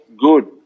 good